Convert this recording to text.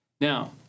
Now